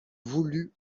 voulut